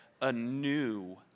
anew